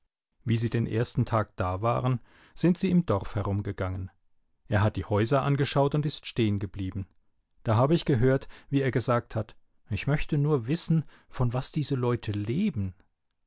wie sie den ersten tag da waren sind sie im dorf herumgegangen er hat die häuser angeschaut und ist stehengeblieben da habe ich gehört wie er gesagt hat ich möchte nur wissen von was diese leute leben